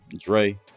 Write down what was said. Dre